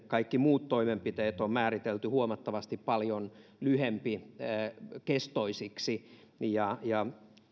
kaikki muut toimenpiteet on määritelty huomattavan paljon lyhempikestoisiksi